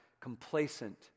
complacent